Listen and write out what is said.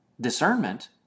discernment